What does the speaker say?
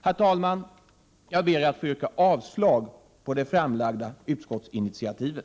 Herr talman! Jag ber att få yrka avslag på det framlagda utskottsinitiativet.